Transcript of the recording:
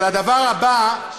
אבל הדבר הבא,